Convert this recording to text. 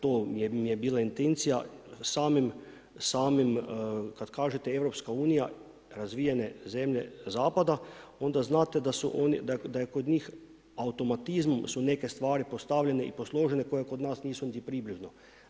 To mi je bila intencija, samim kad kažete EU, razvijene zemlje zapada, onda znate da je kod njih automatizmom su neke stvari postavili i posložili koje kod nas nisu niti približno.